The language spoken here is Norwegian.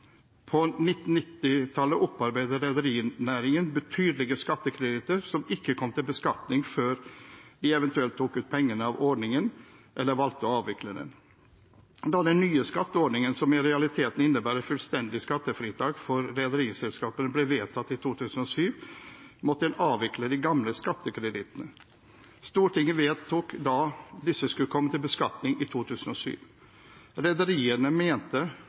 På 1990-tallet opparbeidet rederinæringen betydelige skattekreditter som ikke kom til beskatning før de eventuelt tok ut pengene av ordningen eller valgte å avvikle den. Da den nye skatteordningen, som i realiteten innebærer fullstendig skattefritak for rederiselskaper, ble vedtatt i 2007, måtte en avvikle de gamle skattekredittene. Stortinget vedtok da at disse skulle komme til beskatning i 2007. Rederiene mente